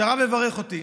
שהרב יברך אותי.